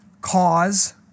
Cause